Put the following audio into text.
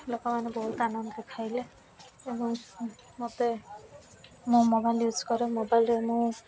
ଲୋକମାନେ ବହୁତ ଆନନ୍ଦରେ ଖାଇଲେ ଏବଂ ମୋତେ ମୁଁ ମୋବାଇଲ୍ ୟୁଜ୍ କରେ ମୋବାଇଲ୍ରେ ମୁଁ